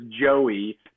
Joey